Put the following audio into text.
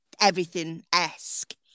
everything-esque